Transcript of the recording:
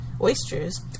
Oysters